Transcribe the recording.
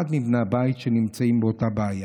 אחד מבני הבית נמצא באותה בעיה.